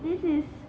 mm hmm